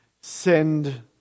send